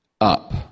up